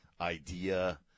idea